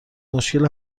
مشکل